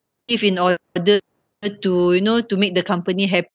in order to you know to make the company happy